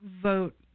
vote